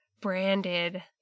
Branded